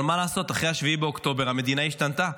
אבל מה לעשות, אחרי 7 באוקטובר המדינה השתנתה,